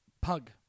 Pug